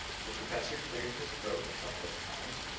the professor cleared his throat a couple of times,